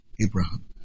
Abraham